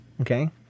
okay